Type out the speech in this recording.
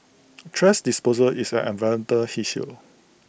thrash disposal is an environmental issue